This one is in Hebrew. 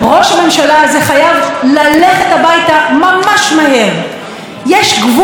יש גבול כמה אפשר לדבר גבוהה-גבוהה על החיים עצמם ועל ביטחון